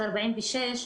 של 46,